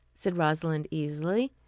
said rosalind easily.